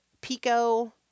pico